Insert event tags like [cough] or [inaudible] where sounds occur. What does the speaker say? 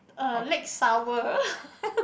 err leg sour [laughs]